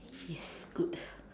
yes good